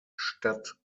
statt